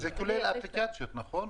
זה כולל אפליקציות, נכון?